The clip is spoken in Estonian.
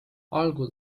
algul